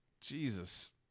Jesus